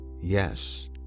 Yes